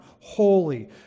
holy